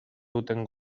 duten